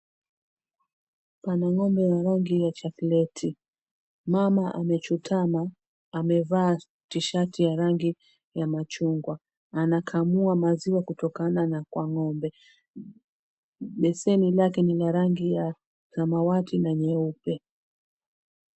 Pana ng'ombe ya rangi ya chokoleti, mama amechutama amevaa T-shirt ya rangi ya machungwa. Anakamua maziwa kutokana na kwa ng'ombe. Beseni lake ni la rangi ya samawati na nyeupe.